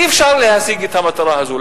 אי-אפשר להשיג את המטרה הזאת.